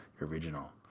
original